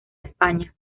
españa